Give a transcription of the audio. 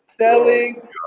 Selling